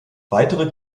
weitere